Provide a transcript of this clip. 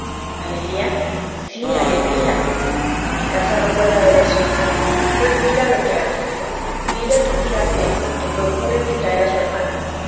alegría sí alegría en mi casa no puede haber eso pues mira lo que haces dile a tu tía pepa que procure distraer a su hermana